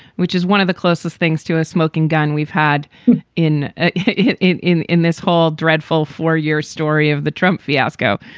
which is one of the closest things to a smoking gun we've had in in in this whole dreadful four year story of the trump fiasco?